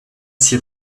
six